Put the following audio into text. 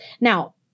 Now